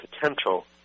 potential